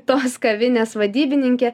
tos kavinės vadybininkė